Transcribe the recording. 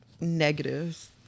negatives